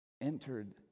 entered